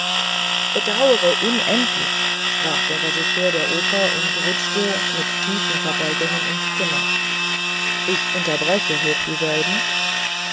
bedaure unendlich sprach der regisseur der oper und rutschte mit tiefen verbeugungen ins zimmer ich unterbreche hochdieselben